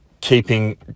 Keeping